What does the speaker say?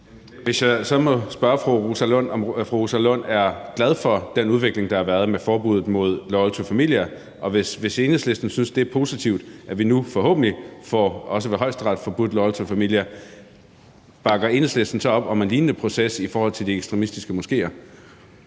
vil så spørge fru Rosa Lund, om hun er glad for den udvikling, der har været med forbuddet mod Loyal To Familia. Og hvis Enhedslisten synes, det er positivt, at vi nu, forhåbentlig også ved Højesteret, får forbudt Loyal To Familia, bakker Enhedslisten så op om en lignende proces i forhold til de ekstremistiske moskéer?